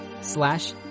slash